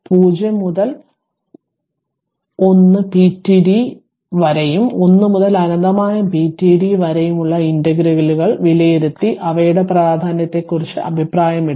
0 മുതൽ 1 പിഡിടി വരെയും 1 മുതൽ അനന്തമായ പിഡിടി വരെയുമുള്ള ഇന്റഗ്രലുകൾ വിലയിരുത്തി അവയുടെ പ്രാധാന്യത്തെക്കുറിച്ച് അഭിപ്രായമിടുക